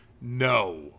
no